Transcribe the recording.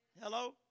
Hello